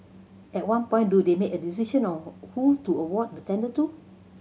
at one point do they make a decision on who to award the tender to